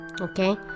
Okay